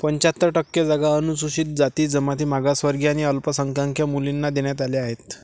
पंच्याहत्तर टक्के जागा अनुसूचित जाती, जमाती, मागासवर्गीय आणि अल्पसंख्याक मुलींना देण्यात आल्या आहेत